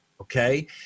okay